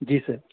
جی سر